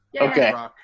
Okay